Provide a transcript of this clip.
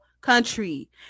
country